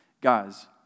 guys